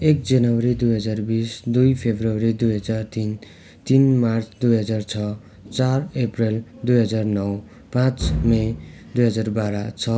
एक जनवरी दुई हजार बिस दुई फरवरी दुई हजार तिन तिन मार्च दुई हजार छ चार अप्रेल दुई हजार नौ पाँच मे दुई हजार बाह्र छ